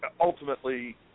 ultimately